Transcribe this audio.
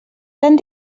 tan